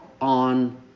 on